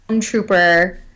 trooper